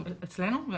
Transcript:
אצלנו זה